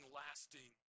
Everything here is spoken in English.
lasting